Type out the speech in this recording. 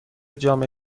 جامعه